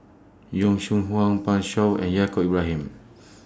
Yong Shu Hoong Pan Shou and Yaacob Ibrahim